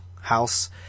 house